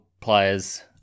players